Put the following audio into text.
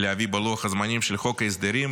להביא בלוח הזמנים של חוק ההסדרים.